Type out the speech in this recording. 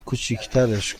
کوچیکترش